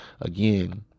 again